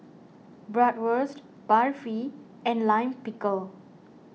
Bratwurst Barfi and Lime Pickle